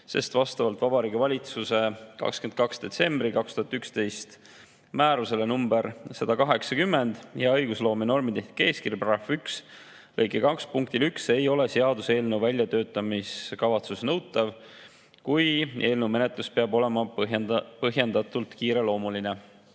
sest vastavalt Vabariigi Valitsuse 22. detsembri 2011 määrusele nr 180 "Hea õigusloome ja normitehnika eeskiri" § 1 lõike 2 punktile 1 ei ole seaduseelnõu väljatöötamiskavatsus nõutav, kui eelnõu menetlus peab olema põhjendatult kiireloomuline.